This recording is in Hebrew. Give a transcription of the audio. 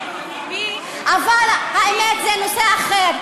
אבל האמת, זה נושא אחר.